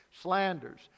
slanders